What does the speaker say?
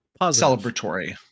Celebratory